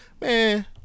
Man